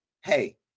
hey